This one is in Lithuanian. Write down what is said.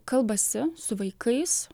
kalbasi su vaikais